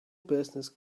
business